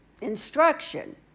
instruction